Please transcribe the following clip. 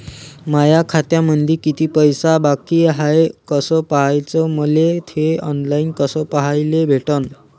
माया खात्यामंधी किती पैसा बाकी हाय कस पाह्याच, मले थे ऑनलाईन कस पाह्याले भेटन?